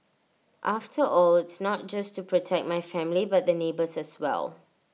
after all it's not just to protect my family but the neighbours as well